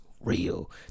real